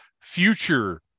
future